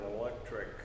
electric